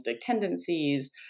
tendencies